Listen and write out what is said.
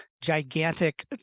gigantic